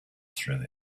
through